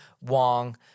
Wong